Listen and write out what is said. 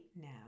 now